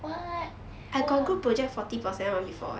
what !wah!